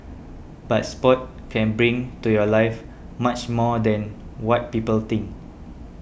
but sport can bring to your life much more than what people think